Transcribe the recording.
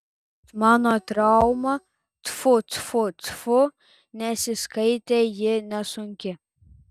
bet mano trauma tfu tfu tfu nesiskaito ji nesunki